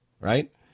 right